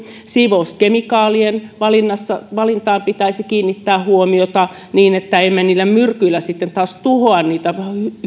siivouskemikaalien valintaan pitäisi kiinnittää huomiota niin että emme niillä myrkyillä sitten taas tuhoa niitä